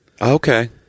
Okay